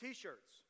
T-shirts